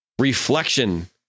Reflection